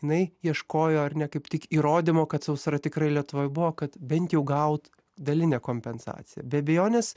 jinai ieškojo ar ne kaip tik įrodymo kad sausra tikrai lietuvoj buvo kad bent jau gaut dalinę kompensaciją be abejonės